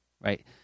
right